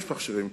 יש מכשירים כאלה,